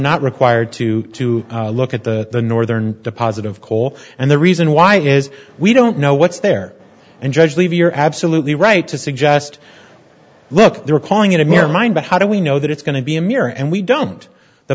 not required to to look at the northern deposit of coal and the reason why is we don't know what's there and judge levy you're absolutely right to suggest look they're calling it a mirror mine but how do we know that it's going to be a mirror and we don't the